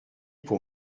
pour